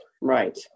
right